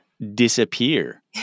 disappear